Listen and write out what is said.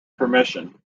permission